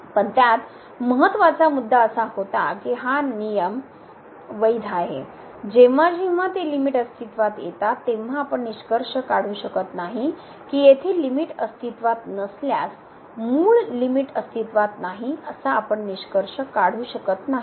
पण त्यात महत्त्वाचा मुद्दा असा होता की हा नियम वैध आहे जेव्हा जेव्हा ते लिमिट अस्तित्त्वात असतात तेव्हा आपण निष्कर्ष काढू शकत नाही की येथे लिमिट अस्तित्त्वात नसल्यास मूळ लिमिट अस्तित्त्वात नाही असा आपण निष्कर्ष काढू शकत नाही